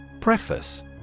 Preface